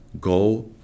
go